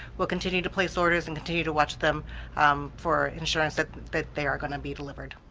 we'll continue to place orders and continue to watch them um for insurance that that they're going to be delivered?